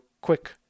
quick